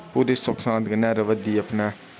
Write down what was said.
पूरे सुखसांद कन्नै र'वै दी अपनै